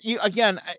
again